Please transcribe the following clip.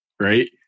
right